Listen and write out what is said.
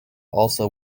also